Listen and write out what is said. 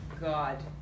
God